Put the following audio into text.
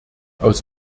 aus